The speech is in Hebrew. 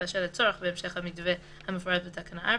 באשר לצורך בהמשך המתווה המפורט בתקנה 4,